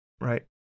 right